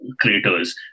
creators